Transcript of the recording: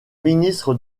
ministre